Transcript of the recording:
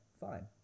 fine